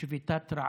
לי מוסר".